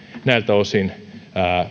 näiltä osin